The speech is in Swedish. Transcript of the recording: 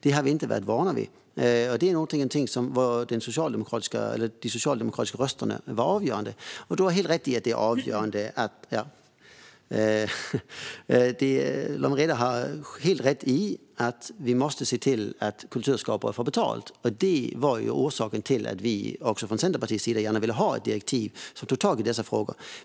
Det har vi inte varit vana vid, och det är någonting som de socialdemokratiska rösterna var avgörande för. Lawen Redar har helt rätt i att vi måste se till att kulturskapare får betalt. Det var orsaken till att även vi i Centerpartiet gärna ville ha ett direktiv som tog tag i dessa frågor.